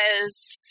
says